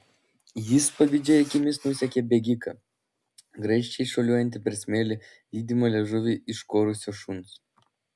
jis pavydžiai akimis nusekė bėgiką grakščiai šuoliuojantį per smėlį lydimą liežuvį iškorusio šuns